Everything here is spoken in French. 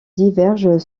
divergent